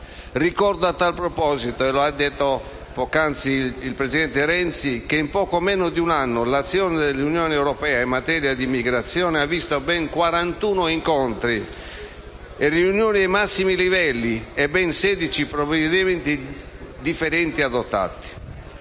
Ricordo, a tal proposito, come ha detto poc'anzi il presidente Renzi, che in poco meno di un anno l'azione della Unione europea in materia di immigrazione ha visto ben quarantuno incontri e riunioni ai massimi livelli in Europa e ben sedici provvedimenti differenti adottati.